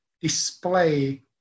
display